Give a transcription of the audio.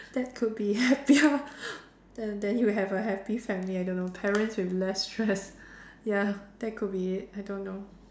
that could be happier and then you have a happy family I don't know parents with less stress ya that could be I don't know